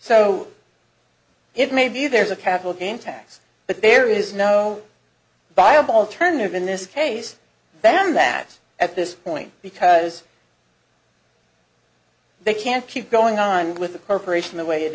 so it may be there's a capital gain tax but there is no buyable alternative in this case than that at this point because they can't keep going on with the corporation the way it